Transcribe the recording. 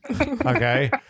Okay